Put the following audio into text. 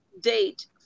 date